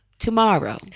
tomorrow